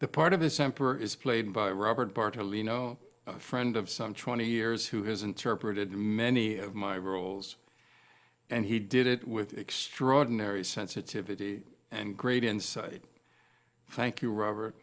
the part of his emperor is played by robert bartoli no friend of some twenty years who has interpreted many of my roles and he did it with extraordinary sensitivity and great insight thank you robert